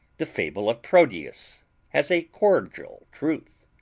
the fable of proteus has a cordial truth.